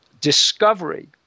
discovery